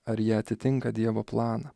ar jie atitinka dievo planą